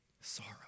sorrow